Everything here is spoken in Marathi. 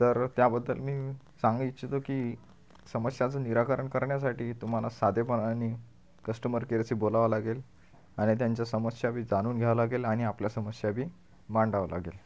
तर त्याबद्दल मी सांगू इच्छितो की समस्याचं निराकरण करण्यासाठी तुम्हाला साधेपणानी कस्टमर केअरशी बोलावं लागेल आणि त्यांच्या समस्या बी जाणून घ्यावं लागेल आणि आपल्या समस्या बी मांडावं लागेल